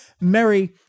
Mary